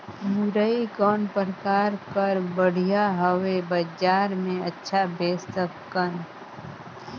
मुरई कौन प्रकार कर बढ़िया हवय? बजार मे अच्छा बेच सकन